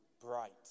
bright